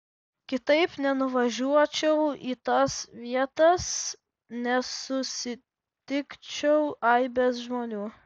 kitaip nenuvažiuočiau į tas vietas nesusitikčiau aibės žmonių